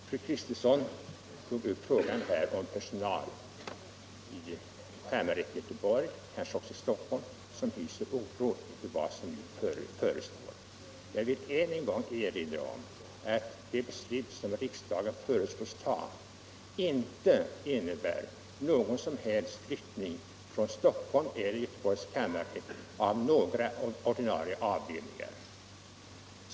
Fru Kristensson tog upp frågan om att personalen vid kammarrätterna i Göteborg och Stockholm hyser oro för vad som förestår. Jag vill än en gång erinra om att det beslut som riksdagen föreslås fatta inte innebär någon som helst flyttning från Stockholms och Göteborgs kammarrätter av några ordinarie avdelningar.